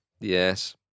yes